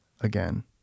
again